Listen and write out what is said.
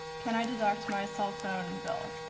can i deduct my cell phone bill?